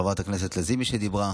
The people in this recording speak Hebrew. את חברת הכנסת לזימי שדיברה.